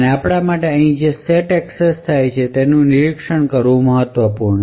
આપના માટે અહીં જે સેટ એક્સેસ થાય છે તેનું નિરીક્ષણ કરવું મહત્વપૂર્ણ છે